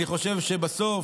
אני חושב שבסוף,